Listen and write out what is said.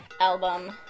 album